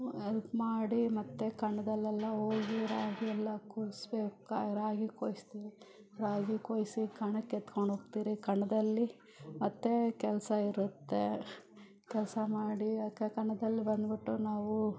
help ಮಾಡಿ ಮತ್ತೆ ಕಣದಲ್ಲೆಲ್ಲ ಹೋಗಿ ರಾಗಿ ಎಲ್ಲ ಕೊಯ್ಯಿಸ್ಬೇಕಾ ರಾಗಿ ಕೊಯ್ಸಿ ರಾಗಿ ಕೊಯ್ಸಿ ಕಣಕ್ಕೆತ್ಕೊಂಡೋಗ್ತೀವ್ರಿ ಕಣದಲ್ಲಿ ಮತ್ತೆ ಕೆಲಸ ಇರುತ್ತೆ ಕೆಲಸ ಮಾಡಿ ಮತ್ತೆ ಕಣದಲ್ಲಿ ಬಂದ್ಬಿಟ್ಟು ನಾವು